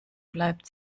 bleibt